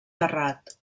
terrat